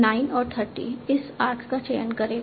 9 और 30 इस आर्क का चयन करेगा